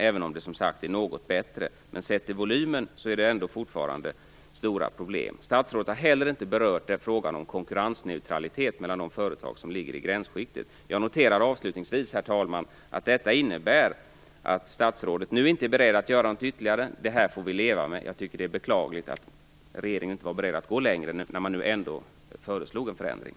Även om förslaget är något bättre, finns det fortfarande stora problem, sett till volymen. Statsrådet har inte berört frågan om konkurrensneutralitet mellan de företag som ligger i gränsskiktet. Jag noterar avslutningsvis, herr talman, att detta innebär att statsrådet nu inte är beredd att göra något ytterligare. Detta får vi leva med. Det är beklagligt att regeringen inte var beredd att gå längre när man ändå föreslog en förändring.